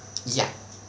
ya